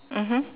mmhmm